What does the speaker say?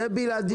זה בלעדיות.